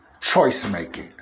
choice-making